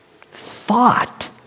thought